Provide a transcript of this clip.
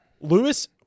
Lewis